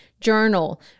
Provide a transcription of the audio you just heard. journal